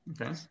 Okay